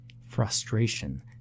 Frustration